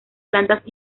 plantas